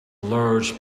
large